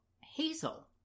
Hazel